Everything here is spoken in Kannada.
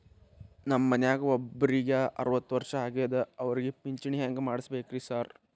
ನಮ್ ಮನ್ಯಾಗ ಒಬ್ರಿಗೆ ಅರವತ್ತ ವರ್ಷ ಆಗ್ಯಾದ ಅವ್ರಿಗೆ ಪಿಂಚಿಣಿ ಹೆಂಗ್ ಮಾಡ್ಸಬೇಕ್ರಿ ಸಾರ್?